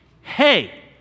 Hey